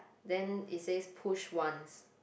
then it says push once